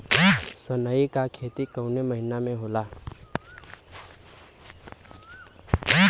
सनई का खेती कवने महीना में होला?